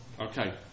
Okay